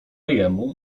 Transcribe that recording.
jemu